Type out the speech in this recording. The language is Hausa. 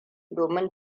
domin